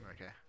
Okay